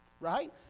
right